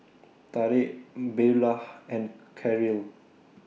Tarik Beulah and Karyl